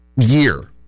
year